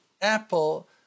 apple